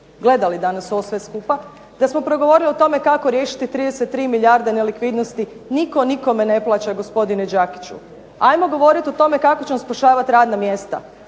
gledali danas ovo sve skupa, da smo progovorili o tome kako riješiti 33 milijarde nelikvidnosti, nitko nikome ne plaća gospodine Đakiću. Ajmo govoriti o tome kako ćemo spašavati radna mjesta,